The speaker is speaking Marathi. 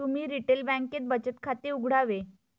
तुम्ही रिटेल बँकेत बचत खाते उघडावे